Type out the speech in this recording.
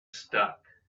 stuck